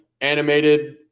animated